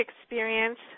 experience